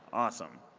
awesome.